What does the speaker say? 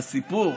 הסיפור.